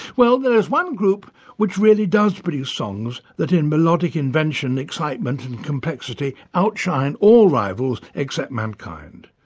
well, there is one group which really does produce songs that in melodic invention, excitement and complexity outshine all rivals except mankind.